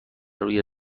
روی